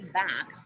back